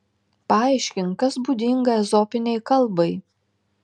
paaiškink kas būdinga ezopinei kalbai